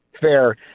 fair